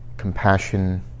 compassion